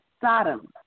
Sodom